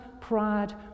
pride